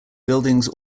buildings